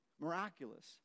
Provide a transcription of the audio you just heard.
Miraculous